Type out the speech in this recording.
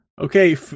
okay